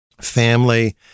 family